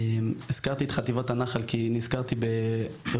נזכרתי את חטיבת הנח"ל כי נזכרת באירוע